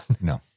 No